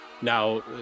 now